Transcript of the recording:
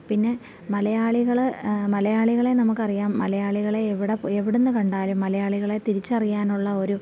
പിന്നെ മലയാളികൾ മലയാളികളെ നമുക്കറിയാം മലയാളികളെ എവിടെ എവിടെ നിന്ന് കണ്ടാലും മലയാളികളെ തിരിച്ചറിയാനുള്ള ഒരു